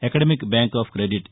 academic bank of credit